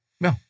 No